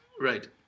Right